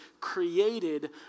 created